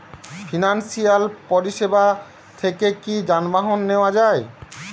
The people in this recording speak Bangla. ফিনান্সসিয়াল পরিসেবা থেকে কি যানবাহন নেওয়া যায়?